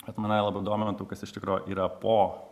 kad mane labai domintų kas iš tikro yra po